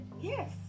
yes